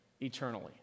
eternally